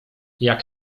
jak